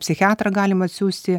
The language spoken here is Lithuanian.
psichiatrą galima atsiųsti